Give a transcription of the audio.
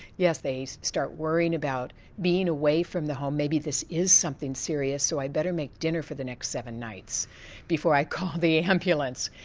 yes, they start worrying about being away from the home, maybe this is something serious, so i'd better make dinner for the next seven nights before i call the ambulance.